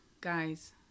guys